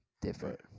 Different